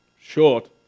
Short